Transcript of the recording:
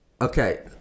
Okay